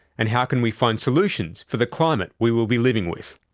and how can we find solutions for the climate we will be living with?